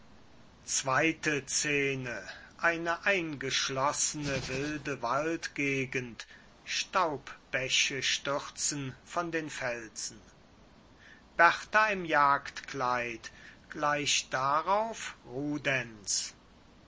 eine eingeschlossene wilde waldgegend staubbäche stürzen von den felsen berta im jagdkleid gleich darauf